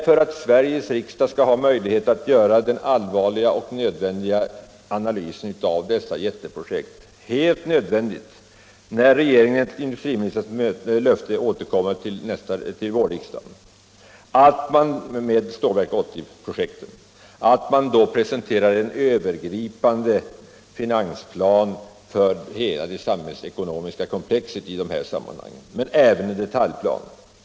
För att Sveriges riksdag skall ha möjlighet att göra den allvarliga och nödvändiga analysen av dessa jätteprojekt måste regeringen när den enligt industriministerns löfte återkommer till vårriksdagen med Stålverk 80-projektet presentera en övergripande finansplan för hela det samhällsekonomiska komplexet i de här sammanhangen och även en detaljplan.